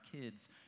kids